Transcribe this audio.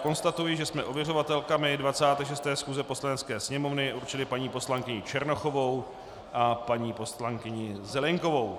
Konstatuji, že jsme ověřovatelkami 26. schůze Poslanecké sněmovny určili paní poslankyni Černochovou a paní poslankyni Zelienkovou.